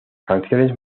canciones